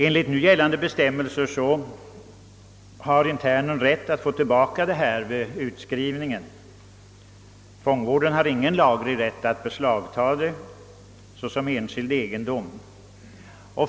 Enligt nu gällande bestämmelser har internen rätt att få tillbaka medhavda narkotika när han skrivs ut. Fångvården har ingen laglig rätt att beslagta dem eftersom de är enskild egendom.